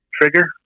trigger